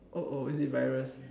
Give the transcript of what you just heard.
oh oh is it virus